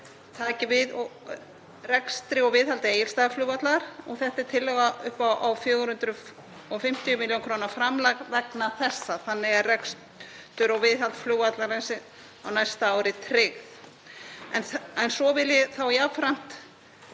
taki við rekstri og viðhaldi Egilsstaðaflugvallar. Þetta er tillaga upp á 450 millj. kr. framlag vegna þessa. Þannig er rekstur og viðhald flugvallarins á næsta ári tryggð. En svo vil ég jafnframt